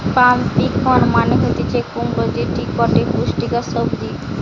pumpkin মানে হতিছে কুমড়ো যেটি গটে পুষ্টিকর সবজি